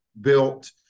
built